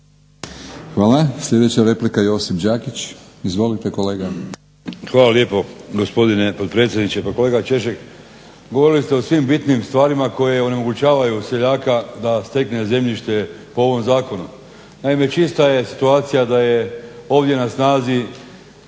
Hvala. Sljedeća replika Josip Đakić. Izvolite kolega. **Đakić, Josip (HDZ)** Hvala lijepo gospodine potpredsjedniče. Kolega Češek govorili ste o svim bitnim stvarima koje onemogućavaju seljaka da stekne zemljište po ovom zakonu. Naime čista je situacija da je ovdje na snazi